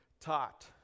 taught